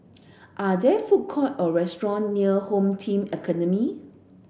are there food court or restaurant near Home Team Academy